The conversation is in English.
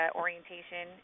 orientation